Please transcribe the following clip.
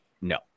no